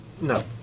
no